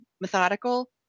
methodical